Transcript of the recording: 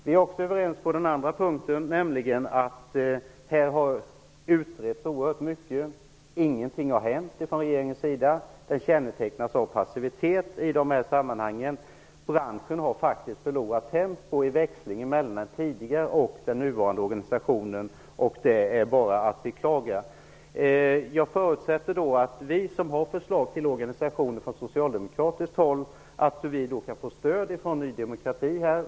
Vi är också överens på den andra punkten, nämligen att frågan har utretts oerhört mycket. Ingenting har hänt från regeringens sida. Regeringen kännetecknas av passivitet i dessa sammanhang. Branschen har förlorat tempo i växlingen mellan den tidigare och den nuvarande organisationen, och det är bara att beklaga. Jag förutsätter att det socialdemokratiska förslaget till organisation kan få stöd från Ny demokrati.